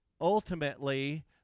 ultimately